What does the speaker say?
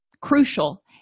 crucial